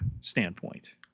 standpoint